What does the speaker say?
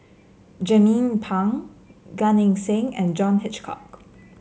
Jernnine Pang Gan Eng Seng and John Hitchcock